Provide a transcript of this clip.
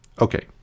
okay